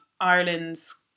Ireland's